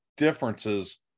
differences